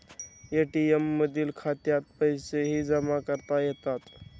ATM मधील खात्यात पैसेही जमा करता येतात